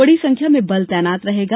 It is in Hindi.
बड़ी संख्या में बल तैनात रहेगा